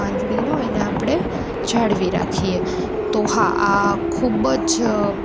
બાંધણીનો એને આપણે જાળવી રાખીએ તો હા આ ખૂબ જ